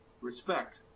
respect